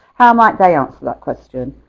how might they answer that question?